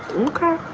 okay,